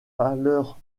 valeur